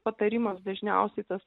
patarimas dažniausiai tas